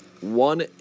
one